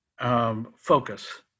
focus